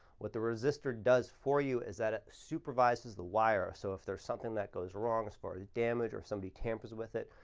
what the resistor does for you is that it supervises the wire. so if there's something that goes wrong as far as the damage or somebody tampers with it,